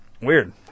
weird